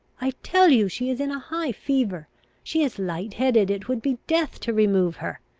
i tell you, she is in a high fever she is light-headed it would be death to remove her!